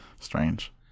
strange